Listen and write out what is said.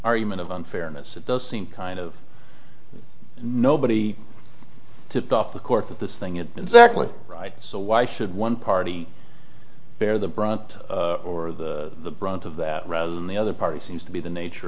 argument of unfairness it does seem kind of nobody tipped off the court that this thing it exactly right so why should one party bear the brunt or the brunt of that rather than the other party seems to be the nature